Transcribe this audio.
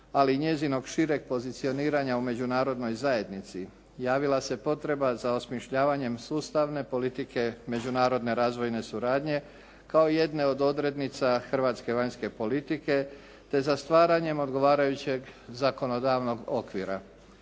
ali i njezinog šireg pozicioniranja u međunarodnoj zajednici javila se potreba za osmišljavanjem sustavne politike međunarodne razvojne suradnje kao jedne od odrednica hrvatske vanjske politike te za stvaranjem odgovarajućeg zakonodavnog okvira.